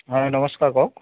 হয় নমস্কাৰ কওক